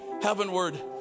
heavenward